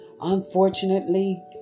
Unfortunately